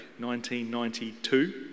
1992